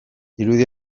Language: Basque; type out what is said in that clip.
irudi